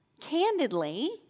Candidly